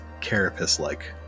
carapace-like